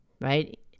right